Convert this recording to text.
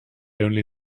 only